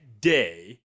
day